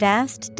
Vast